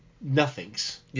nothings